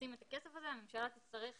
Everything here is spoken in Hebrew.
לשים את הכסף הזה, הממשלה תצטרך